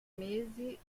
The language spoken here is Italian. mesi